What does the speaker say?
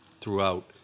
throughout